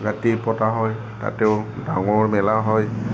ৰাতিও পতা হয় তাতো ডাঙৰ মেলা হয়